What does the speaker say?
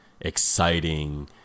exciting